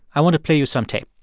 i want to play you some tape